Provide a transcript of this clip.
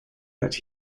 that